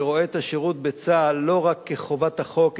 שרואה את השירות בצה"ל לא רק כחובת החוק,